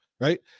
right